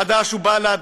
חד"ש ובל"ד,